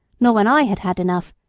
nor when i had had enough,